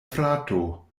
frato